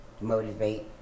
motivate